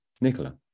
Nicola